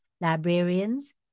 librarians